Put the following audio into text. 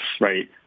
right